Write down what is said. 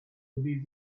with